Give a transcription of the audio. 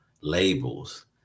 labels